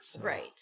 Right